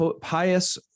pious